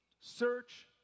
search